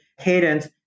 cadence